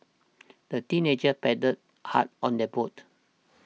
the teenagers paddled hard on their boat